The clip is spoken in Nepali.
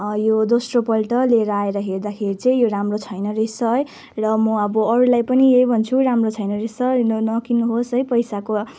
यो दोस्रोपल्ट लिएर आएर हेर्दाखेरि चाहिँ यो राम्रो छैन रहेछ है र म अब अरूलाई पनि यही भन्छु राम्रो छैन रहेछ नकिन्नुहोस् है पैसाको